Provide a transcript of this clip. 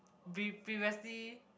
pre~ previously